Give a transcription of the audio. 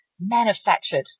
manufactured